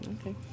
Okay